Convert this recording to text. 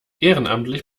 ehrenamtlich